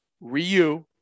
Ryu